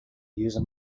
user